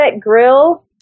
Grill